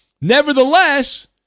Nevertheless